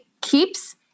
keeps